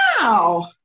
Wow